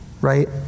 right